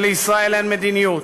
כשלישראל אין מדיניות?